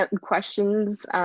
questions